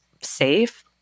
safe